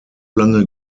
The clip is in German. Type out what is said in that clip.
lange